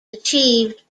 achieved